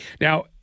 Now